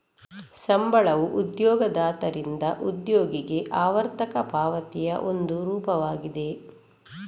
ಸಂಬಳವು ಉದ್ಯೋಗದಾತರಿಂದ ಉದ್ಯೋಗಿಗೆ ಆವರ್ತಕ ಪಾವತಿಯ ಒಂದು ರೂಪವಾಗಿದೆ